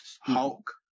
Hulk